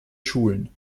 schulen